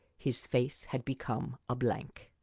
his face had become a blank.